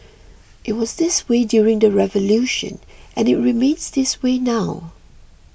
it was this way during the revolution and it remains this way now